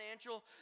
financial